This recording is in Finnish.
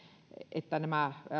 että nämä